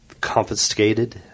Confiscated